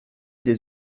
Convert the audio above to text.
des